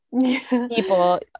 people